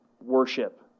worship